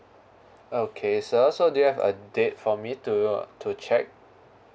okay sir so do you have a date for me to uh to check